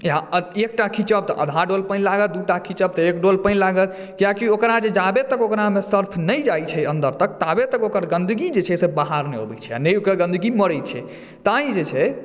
आ एकटा खिचब तऽ आधा डोल पानि लागत दूटा खिचब तऽ एक डोल पानि लागत कियाकि ओकरा जे जाबे तक ओकरा मे सर्फ नहि जाइ छै अन्दर तक ताबे तक ओकर गंदगी जे छै से बाहर नहि अबै छै नहि ओकर गंदगी मरै छै तैॅं जे छै